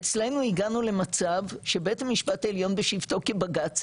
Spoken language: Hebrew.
אצלנו הגענו למצב שבית המשפט העליון בשבתו כבג"צ,